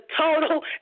total